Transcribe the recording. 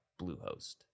Bluehost